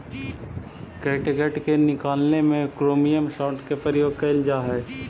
catgut के निकालने में क्रोमियम सॉल्ट के प्रयोग कइल जा हई